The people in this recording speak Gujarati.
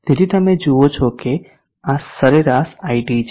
તેથી તમે જુઓ છો કે આ સરેરાશ iT સરેરાશ છે